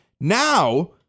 Now